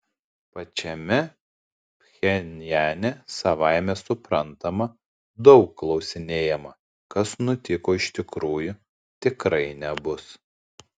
pačiame pchenjane savaime suprantama daug klausinėjama kas nutiko iš tikrųjų tikrai nebus